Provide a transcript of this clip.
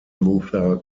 luther